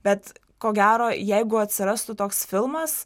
bet ko gero jeigu atsirastų toks filmas